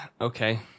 Okay